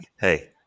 Hey